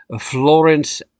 Florence